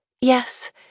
yes